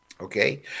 okay